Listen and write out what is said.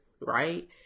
right